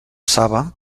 saba